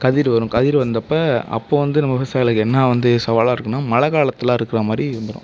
கதிர் வரும் கதிர் வந்தப்போ அப்போ வந்து நம்ம விவசாயிகளுக்கு என்ன வந்து சவாலாக இருக்கும்னா மழைக் காலத்தில் இருக்கிறா மாதிரி வந்துடும்